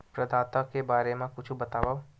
प्रदाता के बारे मा कुछु बतावव?